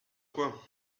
quoi